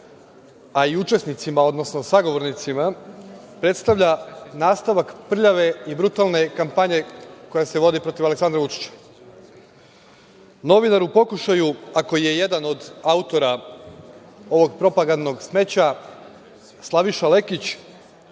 a i učesnicima, odnosno sagovornicima, predstavlja nastavak prljave i brutalne kampanje koja se vodi protiv Aleksandra Vučića? Novinar u pokušaju, a koji je jedan od autora ovog propagandnog smeća, Slaviša Lekić